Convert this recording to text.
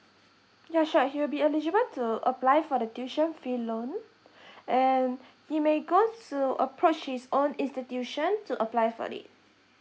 ya sure he will be eligible to apply for the tuition fee loan and he may go to approach his own institution to apply for it